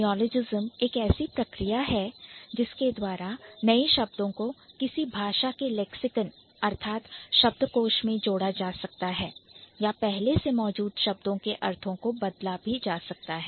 Neologism एक ऐसी प्रक्रिया है जिसके द्वारा नए शब्दों को किसी भाषा के Lexicon लैक्सिकन अर्थात शब्दकोश में जोड़ा जा सकता है या पहले से मौजूद शब्दों के अर्थों को बदला भी जा सकता है